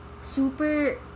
super